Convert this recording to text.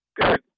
Good